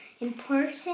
important